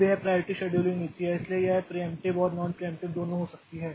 अब यह priority scheduling नीति है इसलिए यह प्रियेंप्टिव और नॉन प्रियेंप्टिव दोनों हो सकती है